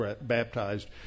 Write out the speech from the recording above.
baptized